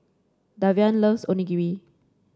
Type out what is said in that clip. Davian loves Onigiri